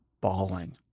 bawling